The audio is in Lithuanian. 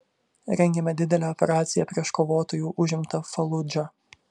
rengiame didelę operaciją prieš kovotojų užimtą faludžą